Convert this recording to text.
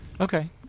Okay